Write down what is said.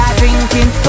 drinking